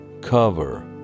cover